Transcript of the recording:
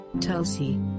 Tulsi